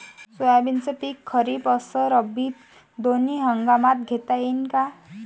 सोयाबीनचं पिक खरीप अस रब्बी दोनी हंगामात घेता येईन का?